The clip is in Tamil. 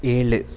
ஏழு